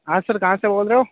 हाँ सर कहाँ से बोल रहे हो